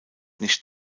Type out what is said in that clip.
nicht